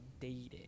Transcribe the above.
dating